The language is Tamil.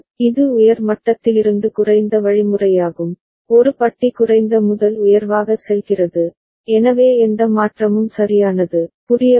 இது உயர் மட்டத்திலிருந்து குறைந்த வழிமுறையாகும் ஒரு பட்டி குறைந்த முதல் உயர்வாக செல்கிறது எனவே எந்த மாற்றமும் சரியானது புரியவில்லை